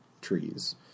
trees